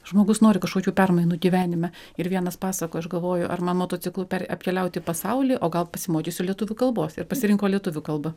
žmogus nori kažkokių permainų gyvenime ir vienas pasakojo aš galvoju ar man motociklu apkeliauti pasaulį o gal pasimokysiu lietuvių kalbos ir pasirinko lietuvių kalbą